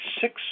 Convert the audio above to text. six